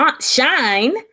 shine